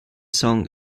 song